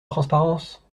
transparence